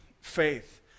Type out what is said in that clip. faith